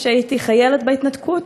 שהייתי חיילת בהתנתקות,